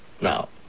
Now